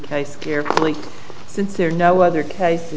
case carefully since there are no other cases